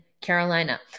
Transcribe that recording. Carolina